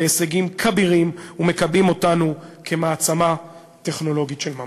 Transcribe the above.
להישגים כבירים ומקבעים אותנו כמעצמה טכנולוגית של ממש.